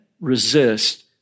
resist